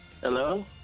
Hello